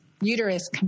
uterus